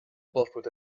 paspoort